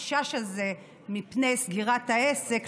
החשש הזה מפני סגירת העסק,